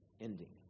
ending